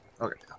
okay